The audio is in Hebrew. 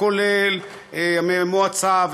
כולל המועצה,